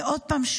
ועוד פעם,